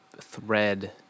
thread